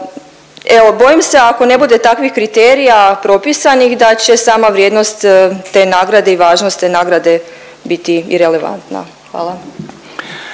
Evo bojim se ako ne bude takvih kriterija propisanih da će sama vrijednost te nagrade i važnost te nagrade biti irelevantna. Hvala.